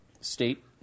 state